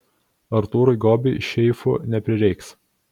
artūrui gobiui seifų neprireiks